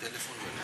טלפון ואני מגיע.